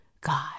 God